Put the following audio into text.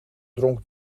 dronk